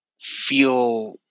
feel